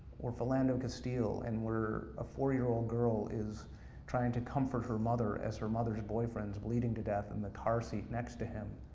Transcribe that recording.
or philando castile, and where a four year old girl is trying to comfort her mother as her mother's boyfriend is bleeding to death in the car seat next to him